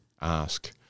ask